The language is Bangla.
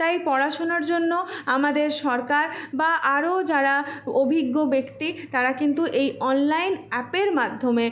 তাই পড়াশোনার জন্য আমাদের সরকার বা আরোও যারা অভিজ্ঞ ব্যক্তি তারা কিন্তু এই অনলাইন অ্যাপের মাধ্যমে